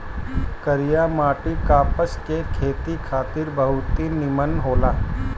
करिया माटी कपास के खेती खातिर बहुते निमन होला